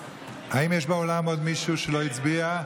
האם יש באולם עוד מישהו שלא הצביע?